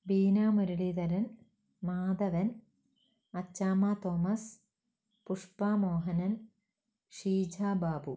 Beena Muraleedharan Madhavan Achamma Thomas Pushpa Mohanan Sheeja Babu